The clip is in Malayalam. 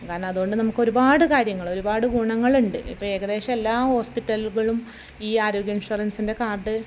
കാരണം അത് കൊണ്ട് നമുക്ക് ഒരുപാട് കാര്യങ്ങൾ ഒരുപാട് ഗുണങ്ങളുണ്ട് ഇപ്പോൾ ഏകദേശം എല്ലാ ഹോസ്പിറ്റലുകളും ഈ ആരോഗ്യ ഇൻഷുറൻസിൻ്റെ കാർഡ്